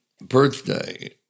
birthday